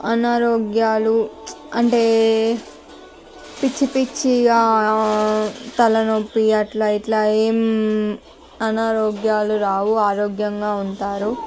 అనారోగ్యాలు అంటే పిచ్చి పిచ్చి గా తలనొప్పి అట్లా ఇట్లా ఏమి అనారోగ్యాలు రావు ఆరోగ్యంగా ఉంటారు